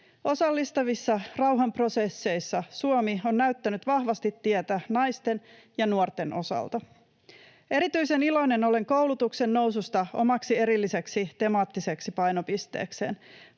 Osallistavissa rauhanprosesseissa Suomi on näyttänyt vahvasti tietä naisten ja nuorten osalta. Erityisen iloinen olen koulutuksen noususta omaksi erilliseksi temaattiseksi painopisteekseen.